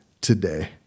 today